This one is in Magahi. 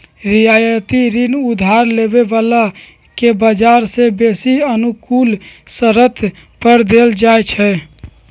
रियायती ऋण उधार लेबे बला के बजार से बेशी अनुकूल शरत पर देल जाइ छइ